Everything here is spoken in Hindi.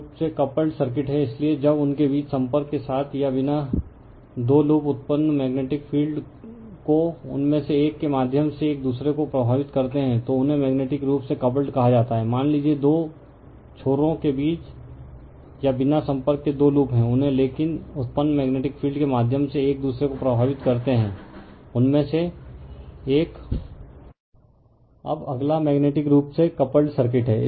रिफर स्लाइड टाइम 3125 अब अगला मेग्नेटिक रूप से कपल्ड सर्किट है